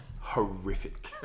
Horrific